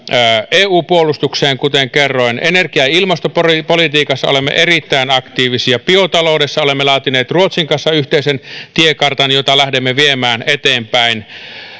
eu puolustukseen kuten kerroin energia ja ilmastopolitiikassa olemme erittäin aktiivisia biotaloudessa olemme laatineet ruotsin kanssa yhteisen tiekartan jota lähdemme viemään eteenpäin